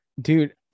Dude